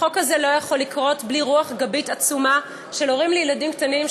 החוק הזה לא יכול לקרות בלי רוח גבית עצומה של הורים לילדים קטנים,